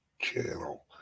channel